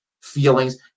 feelings